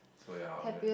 so ya I'm gonna